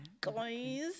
guys